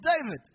David